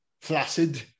flaccid